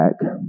back